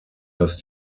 dass